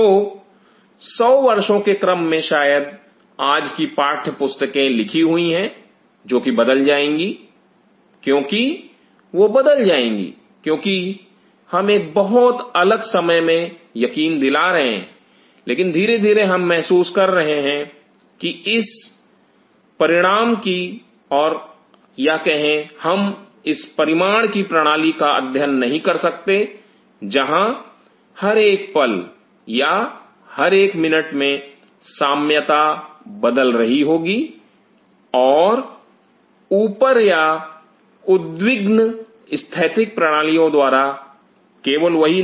तो 100 वर्षों के क्रम में शायद आज की पाठ्य पुस्तकें लिखी हुई है जो कि बदल जाएंगी क्योंकि वह बदल जाएंगी क्योंकि हम एक बहुत अलग समय में यकीन दिला रहे हैं लेकिन धीरे धीरे हम महसूस कर रहे हैं कि हम इस परिमाण की प्रणाली का अध्ययन नहीं कर सकते जहां हर एक पल या हर एक मिनट में साम्यता बदल रही होगी और ऊपर या उद्विग्न स्थैतिक प्रणालियों द्वारा केवल वही नहीं